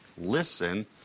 listen